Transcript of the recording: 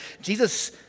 Jesus